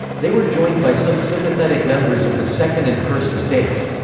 they were joined by some sympathetic members of the second and first estates.